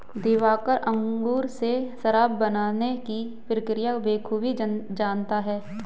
दिवाकर अंगूर से शराब बनाने की प्रक्रिया बखूबी जानता है